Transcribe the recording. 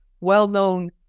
well-known